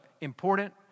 important